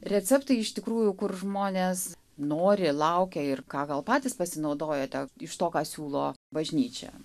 receptai iš tikrųjų kur žmonės nori laukia ir ką gal patys pasinaudojate iš to ką siūlo bažnyčia